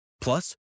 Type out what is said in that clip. plus